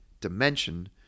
dimension